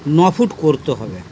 ন ফুট করতে হবে